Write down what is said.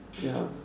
ya